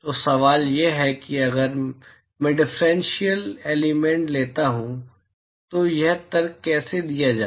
तो सवाल यह है कि अगर मैं डिफरेंशियल एलिमेंट लेता हूं तो यह तर्क कैसे दिया जाए